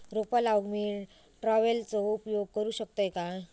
रोपा लाऊक मी ट्रावेलचो उपयोग करू शकतय काय?